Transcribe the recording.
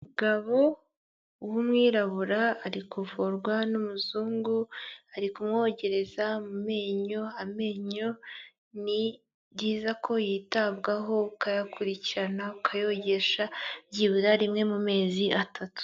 Umugabo w'umwirabura ari kuvurwa n'umuzungu, ari kumwogereza mu menyo, amenyo ni byiza ko yitabwaho ukayakurikirana ukayogesha byibura rimwe mu mezi atatu.